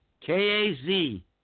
K-A-Z